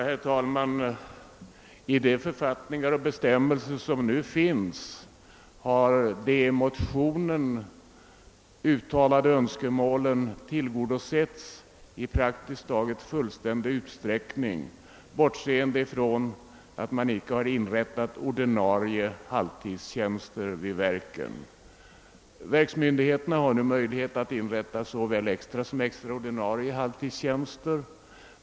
Herr talman! I de författningar och bestämmelser som finns har de i motionerna uttalade önskemålen praktiskt taget helt tillgodosetts, bortsett från att det icke inrättats ordinarie halvtidstjänster vid verken. Verksmyndigheterna har nu möjlighet att inrätta såväl extra som extra ordinarie halvtidstjänster.